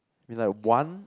is like one